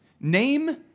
name